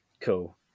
Cool